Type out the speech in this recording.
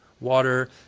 water